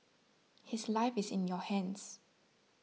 his life is in your hands